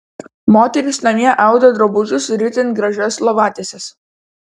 moterys namie audė drabužius ir itin gražias lovatieses